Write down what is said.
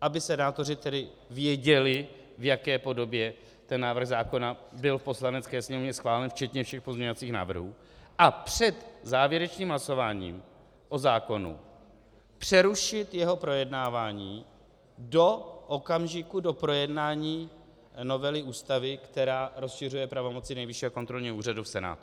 aby senátoři tedy věděli, v jaké podobě ten návrh zákona byl v Poslanecké sněmovně schválen, včetně všech pozměňovacích návrhů, a před závěrečným hlasováním o zákonu přerušit jeho projednávání do okamžiku, do projednání novely Ústavy, která rozšiřuje pravomoci Nejvyššího kontrolního úřadu, v Senátu.